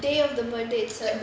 on the day of the birthday itself